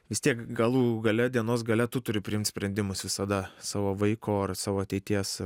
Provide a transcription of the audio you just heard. vis tiek galų gale dienos gale tu turi priimt sprendimus visada savo vaiko ar savo ateities